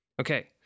Okay